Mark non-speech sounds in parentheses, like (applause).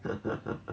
(laughs)